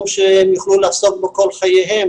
בתחום שהם יוכלו לעסוק בו כל חייהם,